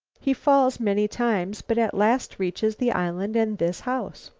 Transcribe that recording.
he falls many times, but at last reaches the island and this house.